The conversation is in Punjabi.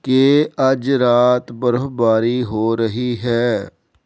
ਕੀ ਅੱਜ ਰਾਤ ਬਰਫ਼ਬਾਰੀ ਹੋ ਰਹੀ ਹੈ